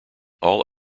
all